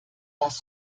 das